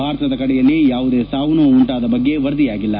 ಭಾರತದ ಕಡೆಯಲ್ಲಿ ಯಾವುದೇ ಸಾವು ನೋವು ಉಂಟಾದ ಬಗ್ಗೆ ವರದಿಯಾಗಿಲ್ಲ